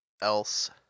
else